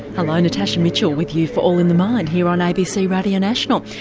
hello, natasha mitchell with you for all in the mind here on abc radio national.